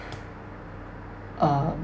um